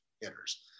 hitters